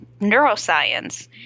neuroscience